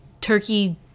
turkey